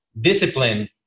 discipline